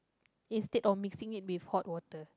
instead of mixing it with hot water